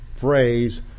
phrase